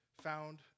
found